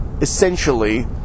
essentially